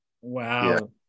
Wow